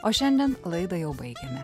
o šiandien laidą jau baigėme